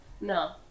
No